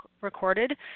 recorded